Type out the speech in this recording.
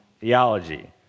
theology